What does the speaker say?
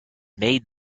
made